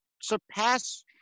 surpass